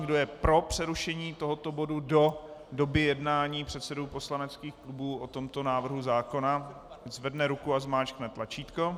Kdo je pro přerušení tohoto bodu do doby jednání předsedů poslaneckých klubů o tomto návrhu zákona, ať zvedne ruku a zmáčkne tlačítko.